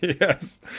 yes